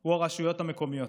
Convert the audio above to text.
הוא הרשויות המקומיות.